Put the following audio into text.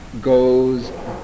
goes